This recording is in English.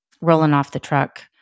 rolling-off-the-truck